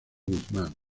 guzmán